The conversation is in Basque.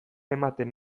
ematen